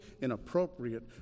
inappropriate